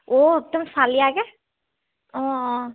অঁ একদম চালিয়াকৈ অঁ অঁ